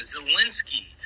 Zelensky